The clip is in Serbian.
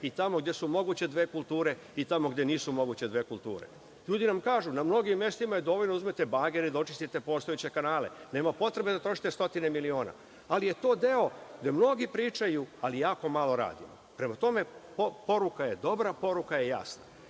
i tamo gde su moguće dve kulture, i tamo gde nisu moguće dve kulture. Ljudi nam kažu - na mnogim mestima je dovoljno da uzmete bagere i da očistite postojeće kanale, nema potrebe da trošite stotine miliona, ali je to deo gde mnogi pričaju, ali jako malo rade. Prema tome, poruka je dobra, poruka je jasna,